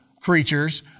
creatures